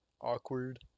awkward